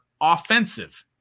offensive